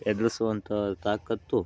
ಎದುರಿಸುವಂತಹ ತಾಕತ್ತು